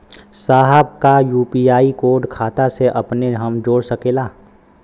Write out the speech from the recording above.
साहब का UPI code खाता से अपने हम जोड़ सकेला?